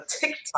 TikTok